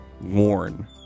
worn